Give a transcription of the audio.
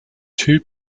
two